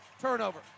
Turnover